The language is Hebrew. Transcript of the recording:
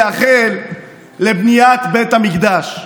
מייחל לבניית בית המקדש.